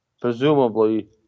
presumably